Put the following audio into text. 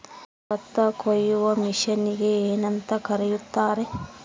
ಭತ್ತ ಕೊಯ್ಯುವ ಮಿಷನ್ನಿಗೆ ಏನಂತ ಕರೆಯುತ್ತಾರೆ?